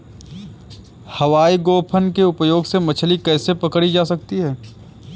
हवाई गोफन के उपयोग से मछली कैसे पकड़ी जा सकती है?